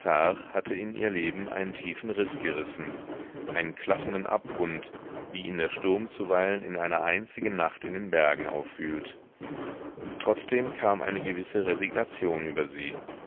hatte in ihr leben einen tiefen riß gerissen einen klaffenden abgrund wie ihn der sturm zuweilen in einer einzigen nacht in den bergen aufwühlt trotzdem kam eine gewisse resignation über sie